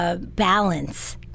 balance